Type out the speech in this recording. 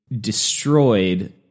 destroyed